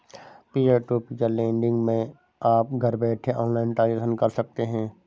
peer to peer lending मै आप घर बैठे ऑनलाइन ट्रांजेक्शन कर सकते है